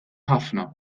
ħafna